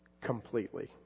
completely